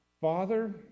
Father